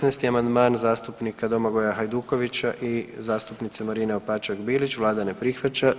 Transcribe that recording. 16. amandman zastupnika Domagoja Hajdukovića i zastupnice Marine Opačak Bilić, Vlada ne prihvaća.